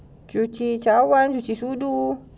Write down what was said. cuci cawan cuci sudu